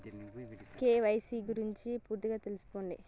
KYC గురించి పూర్తిగా తెలపండి?